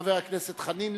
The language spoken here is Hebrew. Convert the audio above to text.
חבר הכנסת חנין.